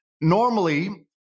normally